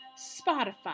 Spotify